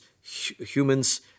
humans